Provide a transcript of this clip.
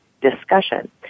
discussion